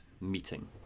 meeting